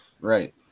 Right